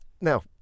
now